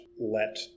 let